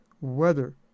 weather